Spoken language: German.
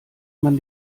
man